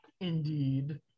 Indeed